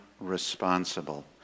responsible